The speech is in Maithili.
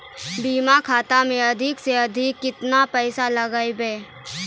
बचत खाता मे अधिक से अधिक केतना पैसा लगाय ब?